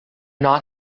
not